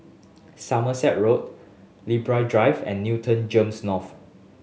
Somerset Road Libra Drive and Newton GEMS North